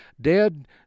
dead